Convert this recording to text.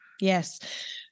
Yes